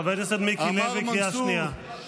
חבר הכנסת מיקי לוי, קריאה שנייה.